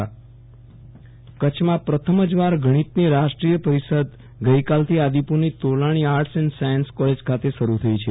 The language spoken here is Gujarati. વિરલ રાણા ગણિત રાષ્ટ્રીય પરિષદ કચ્છમાં પ્રથમ જ વાર ગણિતની રાષ્ટ્રીય પરિષદ ગઈકાલથી આદિપુ રની Tolani arts and science college ખાતે શરૂ થઈ છે